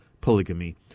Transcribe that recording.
polygamy